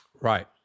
Right